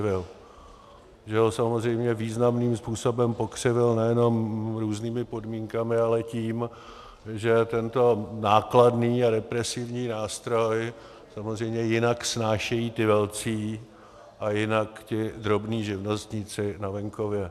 Že ho samozřejmě významným způsobem pokřivil nejenom různými podmínkami, ale tím, že tento nákladný represivní nástroj samozřejmě jinak snášejí ti velcí a jinak ti drobní živnostníci na venkově.